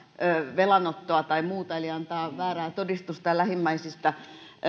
velanottoa tai muuta eli antaa väärää todistusta lähimmäisistä